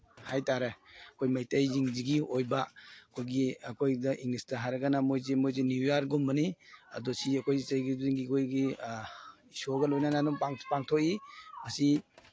ꯍꯥꯏ ꯇꯥꯔꯦ ꯑꯩꯈꯣꯏ ꯃꯩꯇꯩꯁꯤꯡꯁꯤꯒꯤ ꯑꯣꯏꯕ ꯑꯩꯈꯣꯏꯒꯤ ꯑꯩꯈꯣꯏꯗ ꯏꯪꯂꯤꯁꯇ ꯍꯥꯏꯔꯒꯅ ꯃꯣꯏꯁꯦ ꯃꯣꯏꯁꯦ ꯅ꯭ꯌꯨ ꯏꯌꯔꯒꯨꯝꯕꯅꯤ ꯑꯗꯨ ꯁꯤ ꯑꯩꯈꯣꯏꯁꯤ ꯆꯍꯤ ꯈꯨꯗꯤꯡꯒꯤ ꯑꯩꯈꯣꯏꯒꯤ ꯏꯁꯣꯔꯒ ꯂꯣꯏꯅꯅ ꯑꯗꯨꯝ ꯄꯥꯡꯊꯣꯛꯏ ꯃꯁꯤ